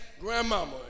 grandmama